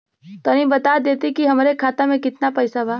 तनि बता देती की हमरे खाता में कितना पैसा बा?